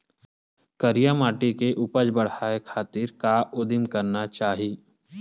करिया माटी के उपज बढ़ाये खातिर का उदिम करना चाही?